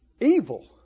Evil